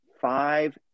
five